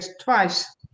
twice